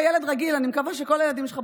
ואני מקווה שכל הילדים שלך,